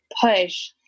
push